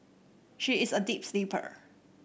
she is a deep sleeper